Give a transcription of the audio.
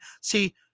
see